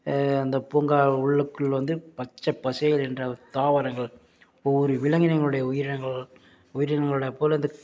அந்த பூங்கா உள்ளுக்குள் வந்து பச்சை பசேல் என்ற தாவரங்கள் ஒவ்வொரு விலங்கினங்களுடைய உயிரினங்கள் உயிரினங்களோட